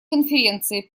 конференции